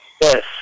Yes